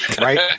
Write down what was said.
Right